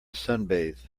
sunbathe